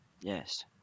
Yes